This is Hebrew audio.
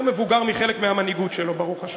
יותר מבוגר מחלק מהמנהיגות שלו, ברוך השם.